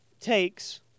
takes